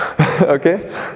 Okay